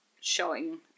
showing